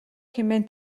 хэмээн